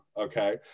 Okay